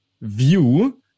view